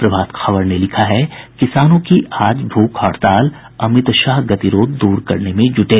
प्रभात खबर ने लिखा है किसानों की आज भूख हड़ताल अमित शाह गतिरोध दूर करने में जुटे